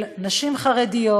נשים חרדיות,